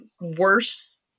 worse